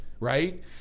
Right